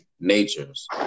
natures